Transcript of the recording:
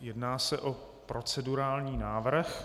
Jedná se o procedurální návrh.